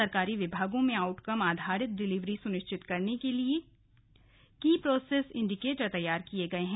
सरकारी विभागों में आउटकम आधारित डिलीवरी सुनिश्चित करने के लिए की प्रोग्रेस इंडिकेटर तैयार किये गये हैं